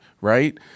right